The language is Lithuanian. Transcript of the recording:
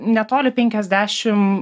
netoli penkiasdešim